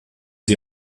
sie